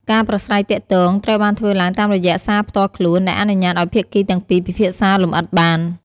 ការប្រាស្រ័យទាក់ទងត្រូវបានធ្វើឡើងតាមរយៈសារផ្ទាល់ខ្លួន ដែលអនុញ្ញាតឱ្យភាគីទាំងពីរពិភាក្សាលម្អិតបាន។